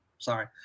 Sorry